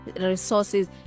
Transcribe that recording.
resources